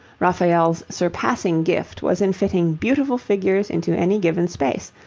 raphael's surpassing gift was in fitting beautiful figures into any given space,